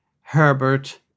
Herbert